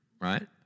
right